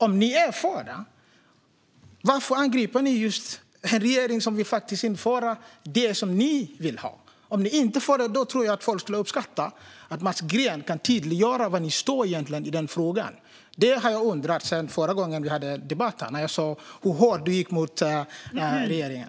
Om ni är för det, varför angriper ni en regering som faktiskt vill införa det som ni vill ha? Om ni inte är för det tror jag att folk skulle uppskatta om Mats Green kunde tydliggöra var ni egentligen står i den frågan. Det har jag undrat sedan förra gången vi hade en debatt här, när jag såg hur hårt du gick fram mot regeringen.